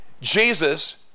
jesus